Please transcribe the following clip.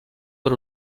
per